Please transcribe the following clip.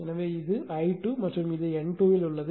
எனவே இது I2 மற்றும் இது N2 இல் உள்ளது